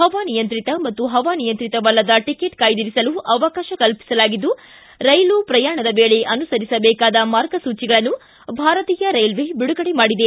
ಹವಾನಿಯಂತ್ರಿತ ಮತ್ತು ಹವಾನಿಯಂತ್ರಿತವಲ್ಲದ ಟಿಕೆಟ್ ಕಾಯ್ದಿರಿಸಲು ಅವಕಾಶ ಕಲ್ಪಿಸಲಾಗಿದ್ದು ರೈಲು ಪ್ರಯಾಣದ ವೇಳೆ ಅನುಸರಿಸಬೇಕಾದ ಮಾರ್ಗಸೂಚಗಳನ್ನು ಭಾರತೀಯ ರೈಲ್ವೆ ಬಿಡುಗಡೆ ಮಾಡಿದೆ